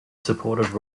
supported